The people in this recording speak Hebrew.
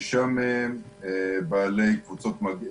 שישה מעונות מתוכם בעלי קבוצות מגן,